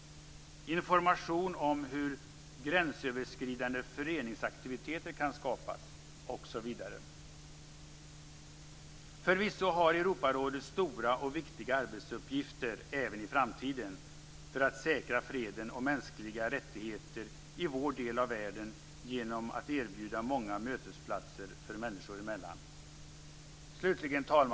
Förvisso har Europarådet stora och viktiga arbetsuppgifter även i framtiden för att säkra freden och mänskliga rättigheter i vår del av världen genom att erbjuda många mötesplatser människor emellan.